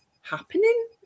happening